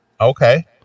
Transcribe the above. okay